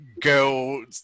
go